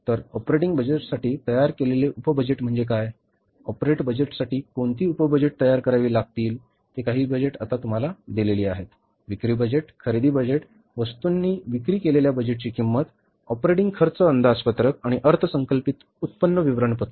तर ऑपरेटिंग बजेटसाठी तयार केलेले उप बजेट म्हणजे काय ऑपरेट बजेटसाठी कोणती उप बजेट तयार करावी लागतील ते काही बजेट आता तुम्हाला दिलेले आहेत विक्री बजेट खरेदी बजेट वस्तूंनी विक्री केलेल्या बजेटची किंमत ऑपरेटिंग खर्च अंदाजपत्रक आणि अर्थसंकल्पित उत्पन्न विवरणपत्र